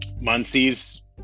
Muncie's